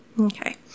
Okay